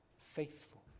faithful